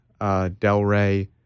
Delray